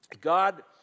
God